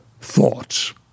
thoughts